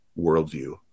worldview